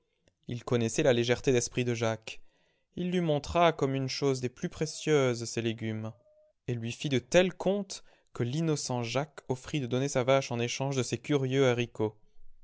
il connaissait la légèreté d'esprit de jacques il lui montra comme une chose des plus précieuses ses légumes et lui fit de tels contes que l'innocent jacques offrit de donner sa vache en échange de ces curieux haricots